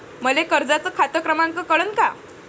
मले कर्जाचा खात क्रमांक कळन का?